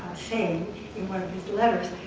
saying in one of his letters.